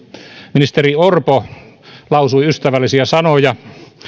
ministeri orpo lausui ystävällisiä sanoja